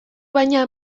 baina